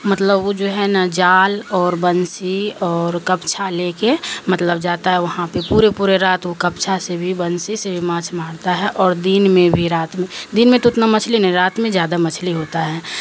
مطلب وہ جو ہے نا جال اور بنسی اور کپچھا لے کے مطلب جاتا ہے وہاں پہ پورے پورے رات وہ کپچھا سے بھی بنسی سے بھی ماچھ مارتا ہے اور دین میں بھی رات میں دن میں تو اتنا مچھلی نہیں رات میں زیادہ مچھلی ہوتا ہے